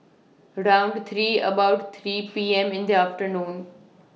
round three about three P M in The afternoon